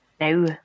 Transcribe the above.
No